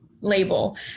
label